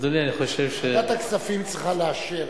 ועדת הכספים צריכה לאשר.